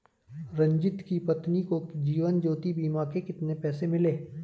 रंजित की पत्नी को जीवन ज्योति बीमा के कितने पैसे मिले?